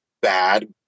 bad